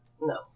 No